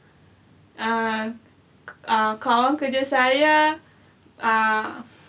uh uh kawan kerja saya ah